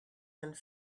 and